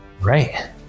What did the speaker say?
right